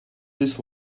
this